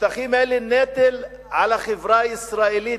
השטחים האלה הם נטל על החברה הישראלית,